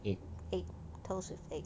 egg toast with egg